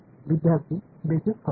विद्यार्थीः basis function